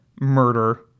murder